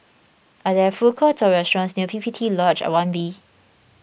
are there food courts or restaurants near P P T Lodge one B